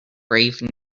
brave